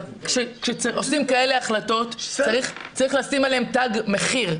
כשעושים כאלה החלטות צריך לשים עליהן תג מחיר,